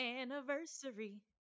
anniversary